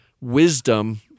wisdom